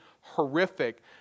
horrific